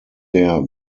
der